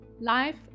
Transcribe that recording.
life